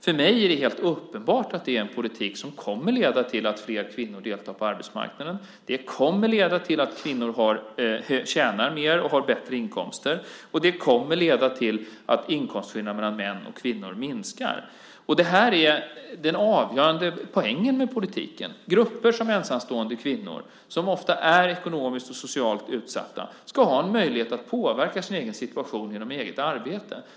För mig är det helt uppenbart att det är en politik som kommer att leda till att fler kvinnor deltar på arbetsmarknaden. Det kommer att leda till att kvinnor tjänar mer och har bättre inkomster. Och det kommer att leda till att inkomstskillnaden mellan män och kvinnor minskar. Det här är den avgörande poängen med politiken. Grupper som ensamstående kvinnor, som ofta är ekonomiskt och socialt utsatta, ska ha en möjlighet att påverka sin egen situation genom eget arbete.